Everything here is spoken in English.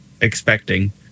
expecting